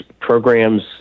programs